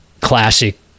classic